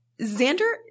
Xander